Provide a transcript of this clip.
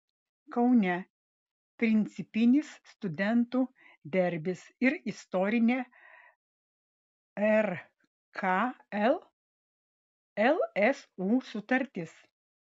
kaune principinis studentų derbis ir istorinė rkl lsu sutartis